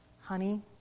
Honey